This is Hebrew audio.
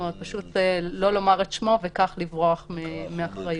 לא לומר את שמו וכך לברוח מאחריות.